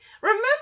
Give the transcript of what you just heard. Remember